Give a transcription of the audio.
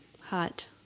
Hot